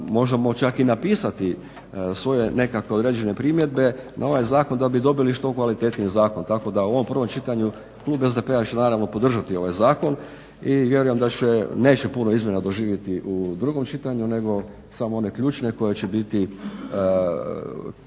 možemo čak i napisati svoje nekakve određene primjedbe na ovaj zakon da bi dobili što kvalitetniji zakon, tako da u ovom prvom čitanju klub SDP-a će naravno podržati ovaj zakon i vjerujem da će, neće puno izmjena doživjeti u drugom čitanju nego samo one ključne koje će ići